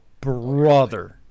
brother